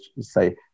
say